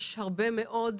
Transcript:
יש כל מיני